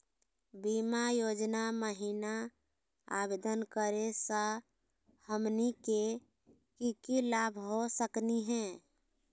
बीमा योजना महिना आवेदन करै स हमनी के की की लाभ हो सकनी हे?